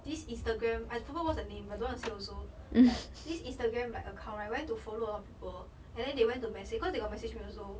this instagram I forgot what's the name but don't want to say also like this instagram like account right went to follow a lot of people and then they went to message because they got message me also